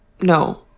no